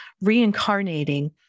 reincarnating